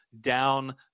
down